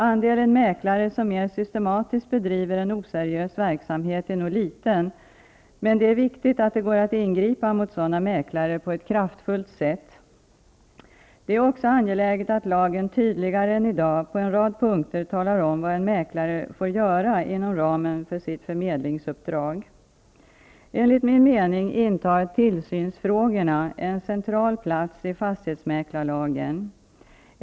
Andelen mäklare som mer systematiskt bedriver en oseriös verksamhet är nog liten, men det är viktigt att det går att ingripa mot sådana mäklare på ett kraftfullt sätt. Det är också angeläget att lagen tydligare än i dag på en rad punkter talar om vad en mäklare får göra inom ramen för sitt förmedlingsuppdrag. Enligt min mening intar tillsynsfrågorna en central plats i fastighetsmäklarlagen.